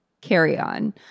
carry-on